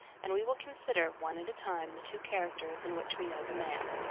and we will consider, one at a time, the two characters in which we know the man.